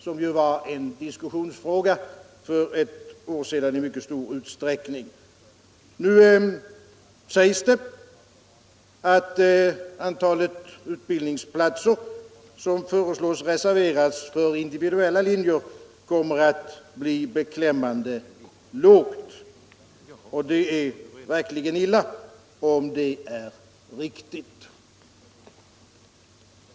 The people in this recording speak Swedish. Det var en stor diskussionsfråga för ett år sedan. Nu sägs det att antalet utbildningsplatser som föreslås bli reserverat för individuella linjer kommer att bli beklämmande lågt. Om det är riktigt är det verkligen illa.